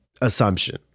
assumption